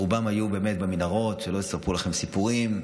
רובם היו באמת במנהרות, שלא יספרו לכם סיפורים.